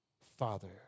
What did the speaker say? Father